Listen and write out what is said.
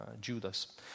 Judas